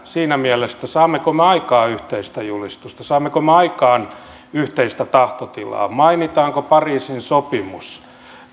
siinä mielessä saammeko me aikaan yhteistä julistusta saammeko me aikaan yhteistä tahtotilaa mainitaanko pariisin sopimus